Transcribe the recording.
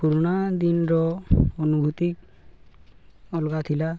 ପୁରୁଣା ଦିନର ଅନୁଭୂତି ଅଲଗା ଥିଲା